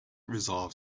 resolve